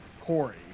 Corey